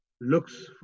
looks